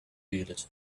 village